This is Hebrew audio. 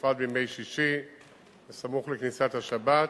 בפרט בימי שישי בסמוך לכניסת השבת,